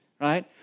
right